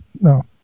No